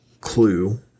clue